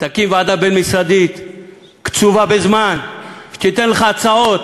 תקים ועדה בין-משרדית קצובה בזמן, שתיתן לך הצעות